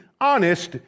honest